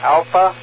Alpha